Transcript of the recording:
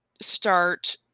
start